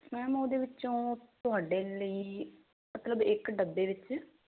ma'am ਉਹਦੇ ਵਿੱਚੋਂ ਤੁਹਾਡੇ ਲਈ ਮਤਲਬ ਇੱਕ ਡੱਬੇ ਵਿੱਚ